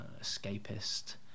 escapist